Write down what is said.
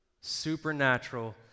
Supernatural